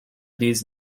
these